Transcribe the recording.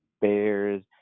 bears